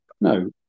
No